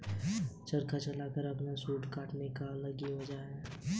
चरखा चलाकर अपना सूत काटने का अलग ही मजा है